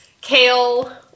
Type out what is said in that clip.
kale